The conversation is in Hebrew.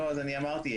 אמרתי,